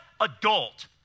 adult